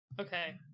Okay